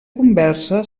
conversa